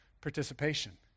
participation